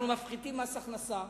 אנחנו מפחיתים מס הכנסה,